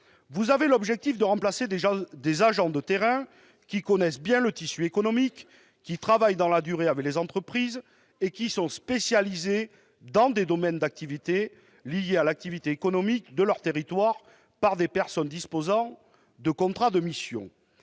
Vous avez l'objectif de remplacer des agents de terrain qui connaissent bien le tissu économique, qui travaillent dans la durée avec les entreprises et qui sont spécialisés dans des domaines liés à l'activité économique de leur territoire, par des personnes disposant de contrats de mission.